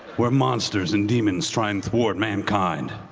where monsters and demons try and thwart mankind.